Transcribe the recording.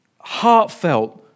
heartfelt